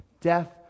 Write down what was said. death